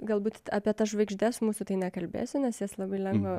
galbūt apie tas žvaigždes mūsų tai nekalbėsiu nes jas labai lengva